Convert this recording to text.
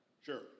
Sure